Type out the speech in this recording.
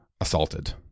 assaulted